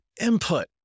input